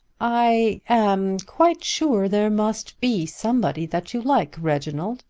i am quite sure there must be somebody that you like, reginald,